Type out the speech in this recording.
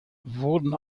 wurden